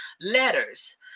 letters